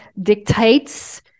dictates